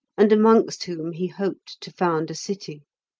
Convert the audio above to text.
and amongst whom he hoped to found a city.